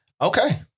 Okay